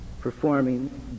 performing